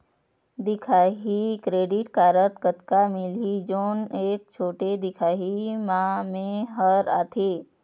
दिखाही credit card कतक मिलही जोन एक छोटे दिखाही म मैं हर आथे?